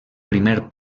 primer